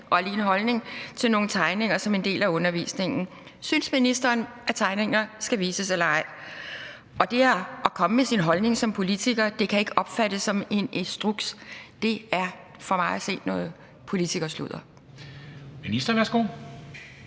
og alene holdning – til nogle tegninger som en del af undervisningen. Synes ministeren, at tegningerne skal vises eller ej? Og det at komme med sin holdning som politiker kan ikke opfattes som en instruks. Det er for mig at se noget politikersludder.